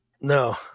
No